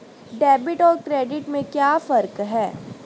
Debit और credit में क्या फर्क है?